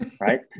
right